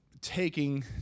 taking